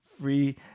Free